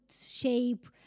shape